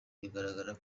bigaragara